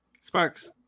Sparks